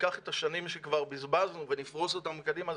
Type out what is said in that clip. ניקח את השנים שכבר בזבזנו ונפרוס אותם קדימה,